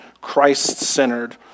Christ-centered